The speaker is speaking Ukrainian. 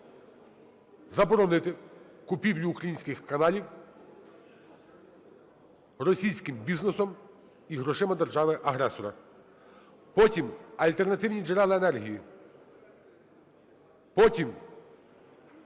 заборонити купівлю українських каналів російським бізнесом і грошима держави-агресора. Потім – альтернативні джерела енергії.